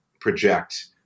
project